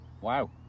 Wow